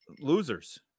losers